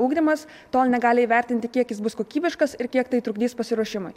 ugdymas tol negali įvertinti kiek jis bus kokybiškas ir kiek tai trukdys pasiruošimui